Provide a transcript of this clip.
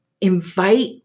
invite